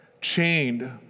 chained